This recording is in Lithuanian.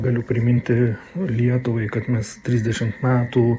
galiu priminti lietuvai kad mes trisdešimt metų